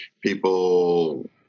people